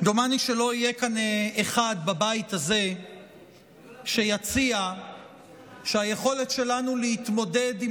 דומני שלא יהיה כאן אחד בבית הזה שיציע שהיכולת שלנו להתמודד עם